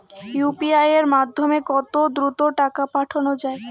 UPI এর মাধ্যমে কত দ্রুত টাকা পাঠানো যায়?